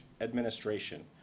administration